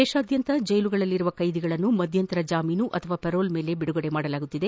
ದೇಶಾದ್ಯಂತ ಜೈಲುಗಳಲ್ಲಿರುವ ಕೈದಿಗಳನ್ನು ಮಧ್ಯಂತರ ಜಾಮೀನು ಅಥವಾ ಪೆರೋಲ್ ಮೇಲೆ ಬಿಡುಗಡೆ ಮಾಡಲಾಗುತ್ತಿದೆ